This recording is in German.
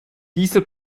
dieser